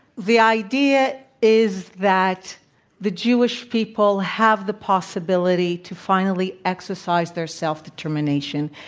the idea is that the jewish people have the possibility to finally exercise their self-determination.